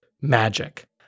magic